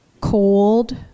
cold